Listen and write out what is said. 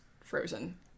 frozen